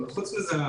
אבל חוץ מזה,